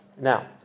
Now